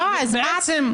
לא אמרתי שהמצאת.